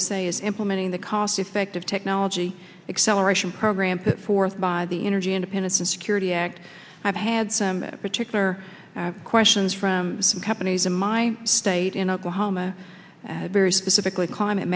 is implementing the cost effective technology acceleration program put forth by the energy independence and security act i've had some particular questions from some companies in my state in oklahoma very specifically climate